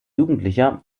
jugendlicher